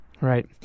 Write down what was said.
Right